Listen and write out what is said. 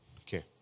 okay